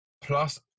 plus